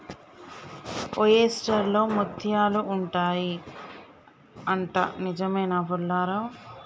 oyster లో ముత్యాలు ఉంటాయి అంట, నిజమేనా పుల్లారావ్